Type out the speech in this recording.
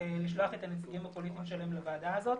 לשלוח את הנציגים הפוליטיים שלהם לוועדה הזאת.